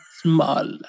small